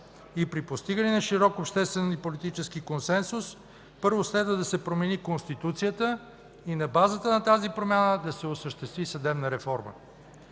и при постигане на широк обществен и политически консенсус първо следва да се промени Конституцията и на базата на тази промяна да се осъществи съдебна реформа.